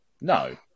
No